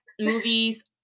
movies